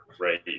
right